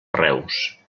reus